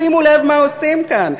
שימו לב מה עושים כאן.